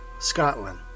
Scotland